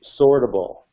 sortable